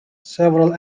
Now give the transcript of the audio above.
several